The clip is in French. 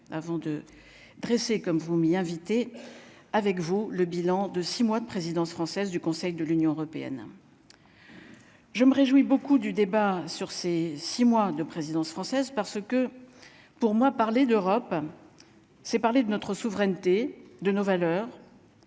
avant de dresser comme vous m'y invitez avec vous le bilan de 6 mois de présidence française du Conseil de l'Union européenne. Je me réjouis beaucoup du débat sur ces 6 mois de présidence française parce que pour moi, parler d'Europe, c'est parler de notre souveraineté de nos valeurs